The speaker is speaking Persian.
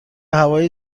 هوای